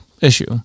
issue